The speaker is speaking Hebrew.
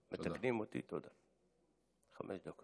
כדי למנוע החלטה זאת, מוצע לעגן